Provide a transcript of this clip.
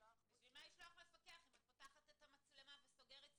לשלוח --- בשביל מה לשלוח מפקח אם את פותחת את המצלמה וסוגרת סיפור.